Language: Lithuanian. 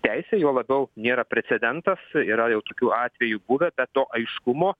teisę juo labiau nėra precedentas yra jau tokių atvejų buvę bet to aiškumo